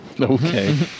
Okay